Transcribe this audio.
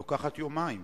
לוקחת יומיים,